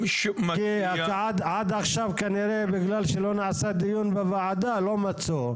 עד עכשיו כנראה בגלל שלא נעשה דיון בוועדה לא מצאו.